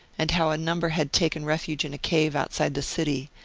and how a number had taken refuge in a cave outside the city,